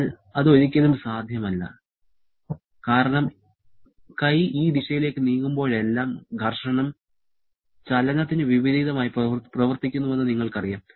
എന്നാൽ അത് ഒരിക്കലും സാധ്യമല്ല കാരണം കൈ ഈ ദിശയിലേക്ക് നീങ്ങുമ്പോഴെല്ലാം ഘർഷണം ചലനത്തിന് വിപരീതമായി പ്രവർത്തിക്കുന്നുവെന്ന് നിങ്ങൾക്കറിയാം